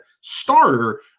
starter